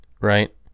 right